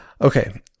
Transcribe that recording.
Okay